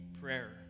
prayer